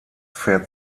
fährt